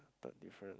third difference